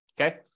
Okay